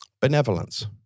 benevolence